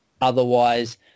Otherwise